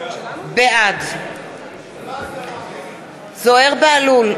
בעד זוהיר בהלול,